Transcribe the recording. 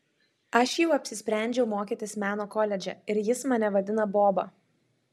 aš jau apsisprendžiau mokytis meno koledže ir jis mane vadina boba